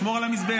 לשמור על המזבח.